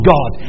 God